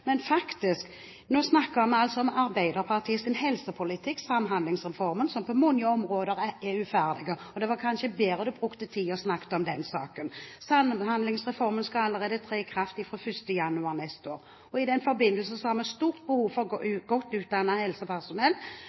Men vi snakker faktisk om Arbeiderpartiets helsepolitikk, Samhandlingsreformen, som på mange områder er uferdig. Det var kanskje bedre om han brukte tid på å snakke om den saken. Samhandlingsreformen skal tre i kraft allerede fra 1. januar neste år. I den forbindelse har vi stort behov for godt utdannet helsepersonell med både ulik og tverrprofesjonell kompetanse. For å ha tilgang til nok helsepersonell